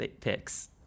picks